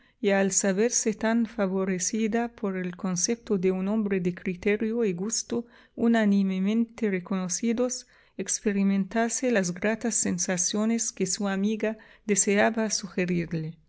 y al saberse tan favorecida por el concepto de un hombre de criterio y gusto unánimemente reconocidos experimentase las gratas sensaciones que su amiga deseaba sugerirle